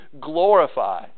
glorify